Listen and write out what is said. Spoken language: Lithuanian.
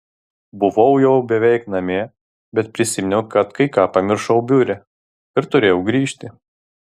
buvau jau beveik namie bet prisiminiau kad kai ką pamiršau biure ir turėjau grįžti